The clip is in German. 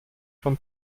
von